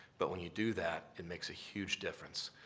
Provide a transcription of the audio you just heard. but when you do that, it makes a huge difference.